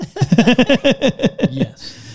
Yes